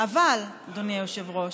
אבל, אדוני היושב-ראש,